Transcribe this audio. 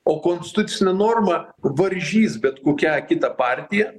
o konstitucinė norma varžys bet kokią kitą partiją